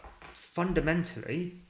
fundamentally